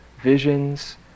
visions